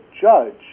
judge